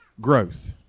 growth